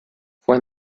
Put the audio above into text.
fue